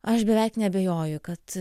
aš beveik neabejoju kad